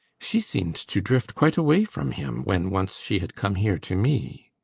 she seemed to drift quite away from him when once she had come here to me.